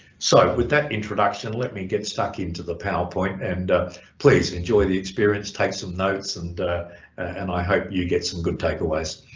so with that introduction let me get stuck into the powerpoint and ah please enjoy the experience, take some notes and and i hope you get some good takeaways.